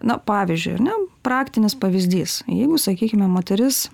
na pavyzdžiui ar ne praktinis pavyzdys jeigu sakykime moteris